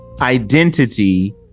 identity